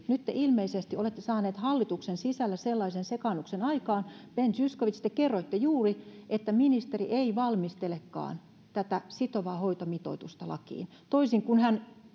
nyt te ilmeisesti olette saaneet hallituksen sisällä sellaisen sekaannuksen aikaan ben zyskowicz te kerroitte juuri että ministeri ei valmistelekaan tätä sitovaa hoitomitoitusta lakiin toisin kuin hän